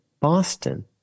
Boston